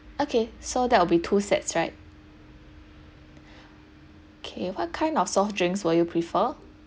okay so that will be two sets right okay what kind of soft drinks will you prefer